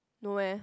no way